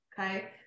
okay